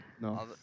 No